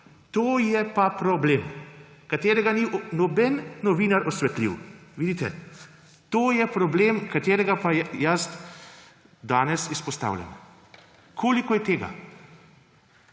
To je pa problem, katerega ni noben novinar osvetlil. Vidite. To je problem, katerega pa jaz danes izpostavljam. Koliko je tega?